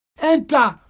enter